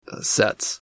sets